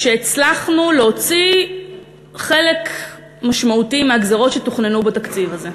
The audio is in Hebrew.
שהצלחנו להוציא חלק משמעותי מהגזירות שתוכננו בתקציב הזה.